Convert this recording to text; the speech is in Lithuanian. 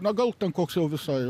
na gal ten koks jau visai